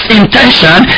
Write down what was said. intention